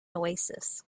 oasis